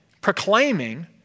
proclaiming